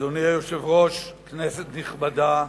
אדוני היושב-ראש, כנסת נכבדה,